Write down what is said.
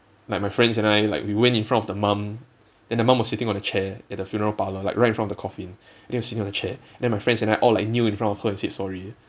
like my friends and I like we went in front of the mum then the mum was sitting on the chair at the funeral parlour like right in front of the coffin and then she was sitting on the chair then my friends and I all like kneel in front of her and said sorry